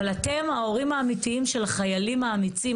אבל אתם ההורים האמיתיים של החיילים האמיצים,